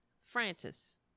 Francis